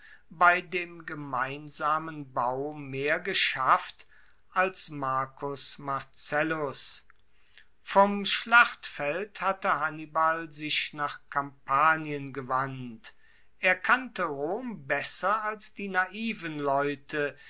bei dem gemeinsamen bau mehr geschafft als marcus marcellus vom schlachtfeld hatte hannibal sich nach kampanien gewandt er kannte rom besser als die naiven leute